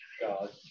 God